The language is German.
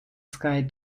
sky